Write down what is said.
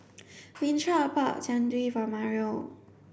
Winthrop bought Jian Dui for Mario